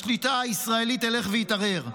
השליטה הישראלית תלך ותתערער.